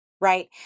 right